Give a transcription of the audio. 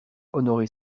honoré